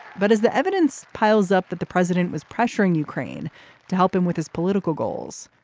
but as the evidence piles up that the president was pressuring ukraine to help him with his political goals.